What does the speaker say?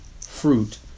fruit